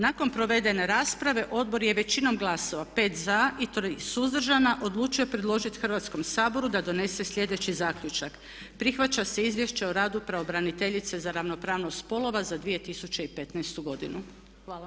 Nakon provedene rasprave odbor je većinom glasova 5 za i 3 suzdržana odlučio predložiti Hrvatskom saboru da donese slijedeći zaključak: „Prihvaća se Izvješće o radu pravobraniteljice za ravnopravnost spolova za 2015.godinu.“ Hvala.